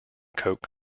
coke